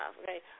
okay